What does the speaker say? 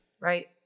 right